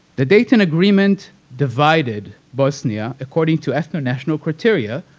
the dayton agreement divided bosnia, according to ethnonational criteria,